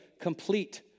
complete